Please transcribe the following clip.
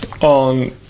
on